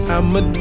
I'ma